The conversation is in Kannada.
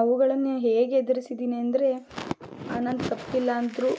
ಅವುಗಳನ್ನು ಹೇಗೆ ಎದುರಿಸಿದೀನಿ ಅಂದರೆ ನನ್ನ ತಪ್ಪಿಲ್ಲ ಅಂದರೂ